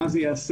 מה זה יעשה,